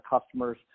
customers